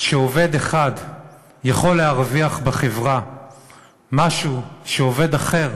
שעובד אחד יכול להרוויח משהו שעובד אחר